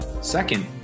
Second